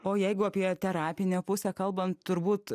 o jeigu apie terapinę pusę kalbant turbūt